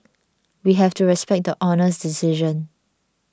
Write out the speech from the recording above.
we have to respect the Honour's decision